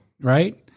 right